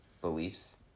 beliefs